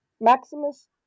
Maximus